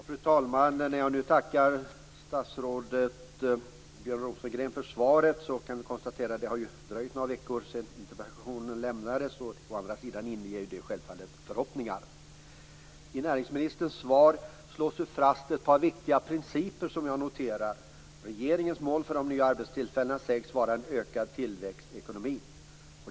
Fru talman! När jag nu tackar statsrådet Björn Rosengren för svaret så kan vi konstatera att det har dröjt några veckor sedan interpellationen lämnades. Å andra sidan inger det här självfallet förhoppningar. I näringsministerns svar slås det fast ett par viktiga principer som jag noterar. Regeringens mål för de nya arbetstillfällena sägs vara ökad tillväxt i ekonomin.